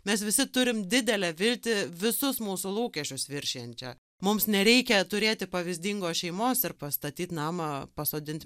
mes visi turim didelę viltį visus mūsų lūkesčius viršijančią mums nereikia turėti pavyzdingos šeimos ir pastatyt namą pasodint